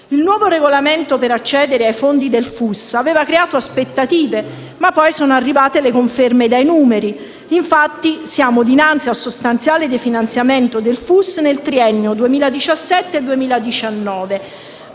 Il nuovo regolamento per accedere ai fondi del FUS aveva creato aspettative, ma poi sono arrivate le conferme dai numeri. Infatti siamo dinanzi al sostanziale definanziamento del FUS nel triennio 2017-2019: